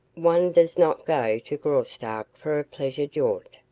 one does not go to graustark for a pleasure jaunt.